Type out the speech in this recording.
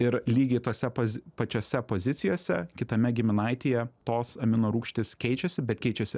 ir lygiai tose pozi pačiose pozicijose kitame giminaityje tos aminorūgštys keičiasi bet keičiasi